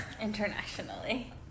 internationally